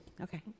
okay